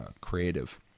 creative